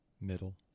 middle